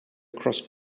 across